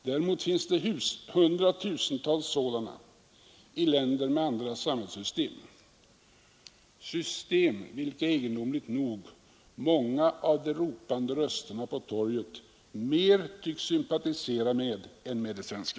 Däremot finns det hundratusentals sådana i länder med andra samhällssystem, system med vilka egendomligt nog många av de ropande rösterna på torget mer tycks sympatisera än med det svenska.